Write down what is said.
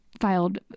filed